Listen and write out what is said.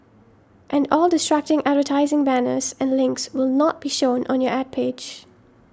and all distracting advertising banners and links will not be shown on your Ad page